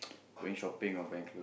going shopping or buying clothes